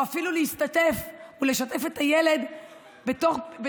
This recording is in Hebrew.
או אפילו להשתתף ולשתף את הילד בקמפיין